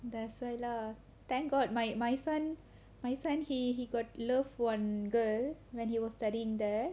that's why lah thank god my my son my son he he got love one girl when he was studying there